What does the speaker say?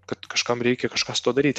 kad kažkam reikia kažką su tuo daryti